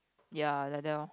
ya like that orh